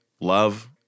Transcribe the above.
love